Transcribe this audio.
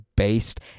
Based